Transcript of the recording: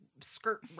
skirt